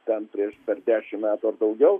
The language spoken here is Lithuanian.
ten prieš per dešimt metų ar daugiau